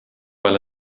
mal